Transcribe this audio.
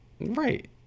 Right